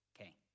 Okay